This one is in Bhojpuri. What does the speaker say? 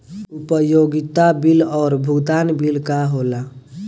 उपयोगिता बिल और भुगतान बिल का होला?